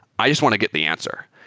i just want to get the answer.